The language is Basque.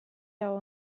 dago